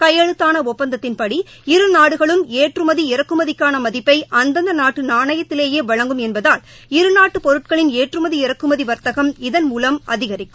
கையெழுத்தான ஒப்பந்தத்தின்படி இரு நாடுகளும் ஏற்றுமதி இறக்குமதிக்கான மதிப்பை அந்தந்த நாட்டு நாணயத்திலேயே வழங்கும் என்பதால் இருநாட்டு பொருட்களின் ஏற்றுமதி இறக்குமதி வாத்தகம் இதன் மூலம் அதிகரிக்கும்